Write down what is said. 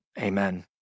Amen